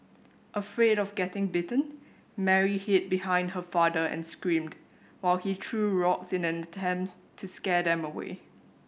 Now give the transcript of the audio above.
afraid of getting bitten Mary hid behind her father and screamed while he threw rocks in an attempt to scare them away